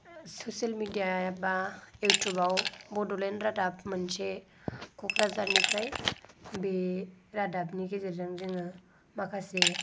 social media एबा इउटुबआव बड'लेण्ड रादाब मोनसे क'क्राझारनिफ्राय बे रादाबनि गेजेरजों जोङो माखासे